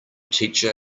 teacher